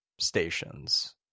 stations